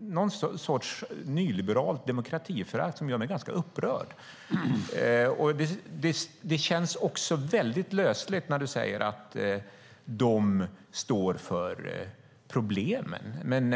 någon sorts nyliberalt demokratiförakt, och det gör mig ganska upprörd. Det känns också väldigt lösligt när Carl B Hamilton säger att de står för problemen.